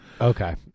Okay